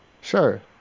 Sure